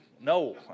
no